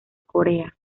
corea